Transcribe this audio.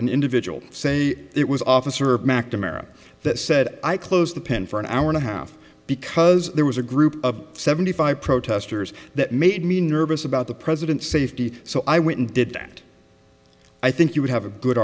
an individual say it was officer mcnamara that said i closed the pen for an hour and a half because there was a group of seventy five protesters that made me nervous about the president's safety so i went and did that i think you would have a good